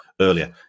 earlier